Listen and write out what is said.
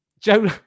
Joe